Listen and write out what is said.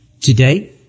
Today